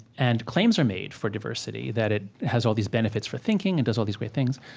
and claims are made for diversity, that it has all these benefits for thinking, it does all these great things.